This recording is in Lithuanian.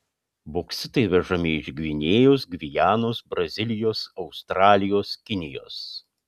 boksitai vežami iš gvinėjos gvianos brazilijos australijos kinijos